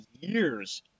years